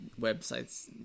websites